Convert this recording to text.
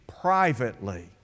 privately